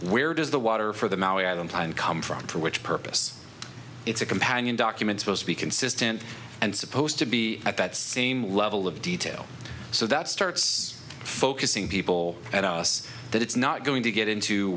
where does the water for the maoism time come from for which purpose it's a companion document supposed to be consistent and supposed to be at that same level of detail so that starts focusing people at us that it's not going to get into